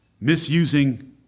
Misusing